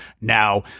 Now